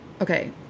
okay